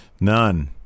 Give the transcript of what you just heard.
None